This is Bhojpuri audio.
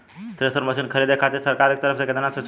थ्रेसर मशीन खरीदे खातिर सरकार के तरफ से केतना सब्सीडी मिली?